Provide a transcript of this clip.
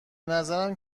نظرم